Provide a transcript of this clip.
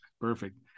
perfect